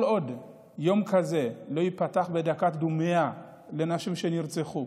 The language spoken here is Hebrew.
כל עוד יום כזה לא ייפתח בדקת דומייה לזכר נשים שנרצחו,